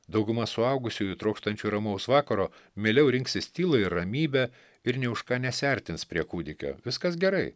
dauguma suaugusiųjų trokštančių ramaus vakaro mieliau rinksis tylą ir ramybę ir nė už ką nesiartins prie kūdikio viskas gerai